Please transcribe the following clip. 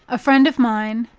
a friend of mine,